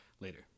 later